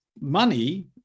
money